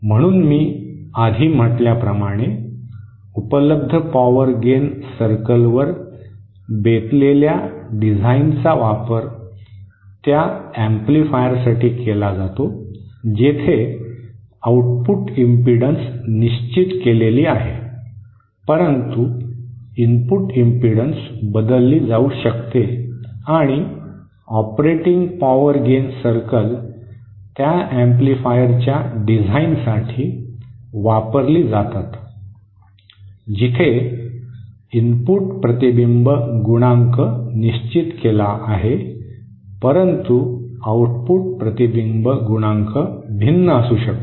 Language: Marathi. म्हणून मी आधी म्हटल्याप्रमाणे उपलब्ध पॉवर गेन सर्कलवर बेतलेल्या डिझाइनचा वापर त्या एम्पलीफायरसाठी केला जातो जेथे आउटपुट इम्पिडंस निश्चित केलेली आहे परंतु इनपुट इम्पिडंस बदलली जाऊ शकते आणि ऑपरेटिंग पॉवर गेन सर्कल त्या एम्पलीफायरच्या डिझाइनसाठी वापरली जातात जिथे इनपुट प्रतिबिंब गुणांक निश्चित केला आहे परंतु आउटपुट प्रतिबिंब गुणांक भिन्न असू शकतो